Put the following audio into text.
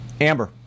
Amber